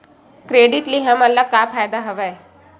Credit ले हमन ला का फ़ायदा हवय?